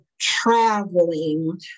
traveling